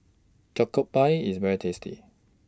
Jokbal IS very tasty